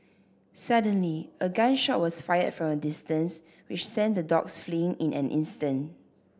suddenly a gun shot was fired from a distance which sent the dogs fleeing in an instant